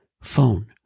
Phone